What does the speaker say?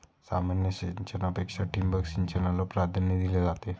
सामान्य सिंचनापेक्षा ठिबक सिंचनाला प्राधान्य दिले जाते